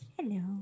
Hello